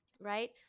right